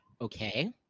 Okay